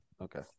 okay